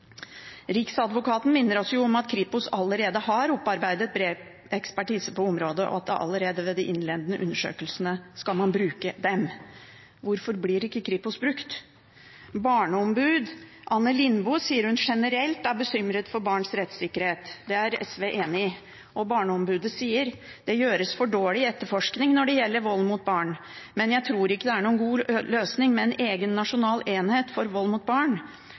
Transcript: Kripos allerede har opparbeidet bred ekspertise på området, og at man allerede ved de innledende undersøkelsene skal bruke dem. Hvorfor blir ikke Kripos brukt? Barneombud Anne Lindboe sier hun generelt er bekymret for barns rettssikkerhet. Det er SV enig i. Barneombudet sier: «Det gjøres for dårlig etterforskning når det gjelder vold mot barn.» Hun sier også at hun ikke tror det er en god løsning med en egen nasjonal enhet for vold mot barn,